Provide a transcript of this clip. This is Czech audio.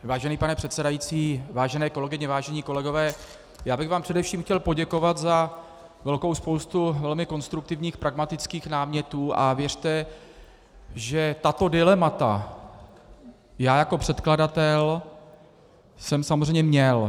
Vážený pane předsedající, vážené kolegyně, vážení kolegové, chtěl bych vám především poděkovat za velkou spoustu velmi konstruktivních pragmatických námětů a věřte, že tato dilemata já jako předkladatel jsem samozřejmě měl.